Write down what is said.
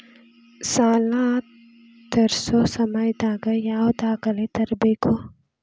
ಸಾಲಾ ತೇರ್ಸೋ ಸಮಯದಾಗ ಯಾವ ದಾಖಲೆ ತರ್ಬೇಕು?